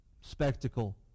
spectacle